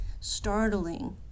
startling